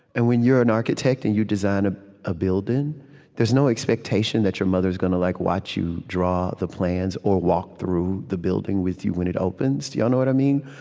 and when you're an architect, and you design a ah building, there's no expectation that your mother's going to like watch you draw the plans or walk through the building with you when it opens. do y'all know what i mean?